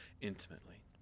intimately